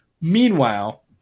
meanwhile